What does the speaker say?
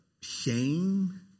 shame